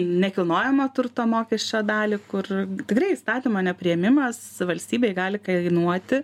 nekilnojamo turto mokesčio dalį kur tikrai įstatymo nepriėmimas valstybei gali kainuoti